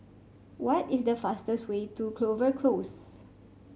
what is the fastest way to Clover Close